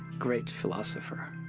great philosopher,